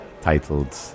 titled